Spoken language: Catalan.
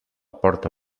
porta